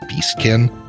Beastkin